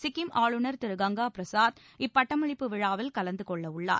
சிக்கிம் ஆளுநர் திரு கங்கா பிரசாத் இப்பட்டமளிப்பு விழாவில் கலந்து கொள்ளவுள்ளார்